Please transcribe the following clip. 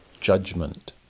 judgment